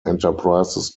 enterprises